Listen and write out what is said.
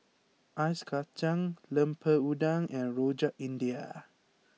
Ice Kachang Lemper Udang and Rojak India